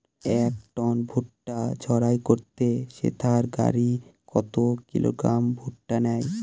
এক টন ভুট্টা ঝাড়াই করতে থেসার গাড়ী কত কিলোগ্রাম ভুট্টা নেয়?